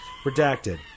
Redacted